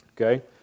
Okay